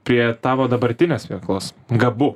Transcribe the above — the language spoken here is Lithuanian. prie tavo dabartinės veiklos gabu